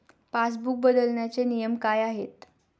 Passbook बदलण्याचे नियम काय आहेत?